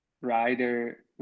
rider